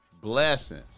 Blessings